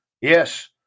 Yes